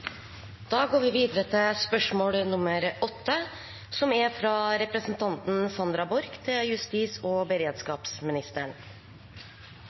da til spørsmål 4, fra representanten Lene Vågslid til justis- og beredskapsministeren.